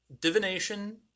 Divination